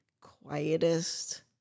quietest